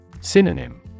Synonym